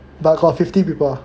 but got fifty people ah